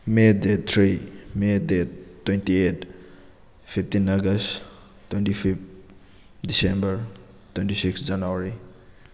may date three may date twenty eight fifteen August twenty fifth December twenty six January